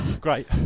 Great